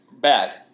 Bad